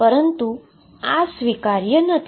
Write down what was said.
પરંત આ સ્વીકાર્ય નથી